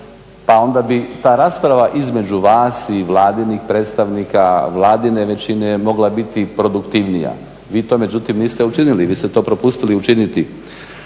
pa onda bi ta rasprava između vas i vladinih predstavnika, vladine većine mogla biti produktivnija. Vi to međutim niste učinili, vi ste to propustili učiniti.